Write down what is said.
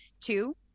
Two